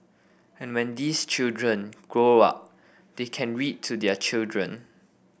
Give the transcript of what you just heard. and when these children grow up they can read to their children